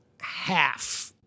half